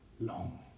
long